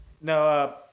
no